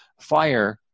fire